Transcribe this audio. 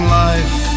life